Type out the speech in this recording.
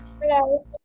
Hello